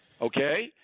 Okay